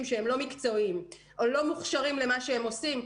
שהם לא מקצועיים או לא מוכשרים למה שהם עושים,